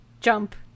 jump